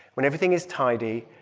when everything is tidy,